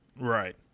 right